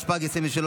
התשפ"ג 2023,